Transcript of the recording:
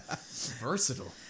Versatile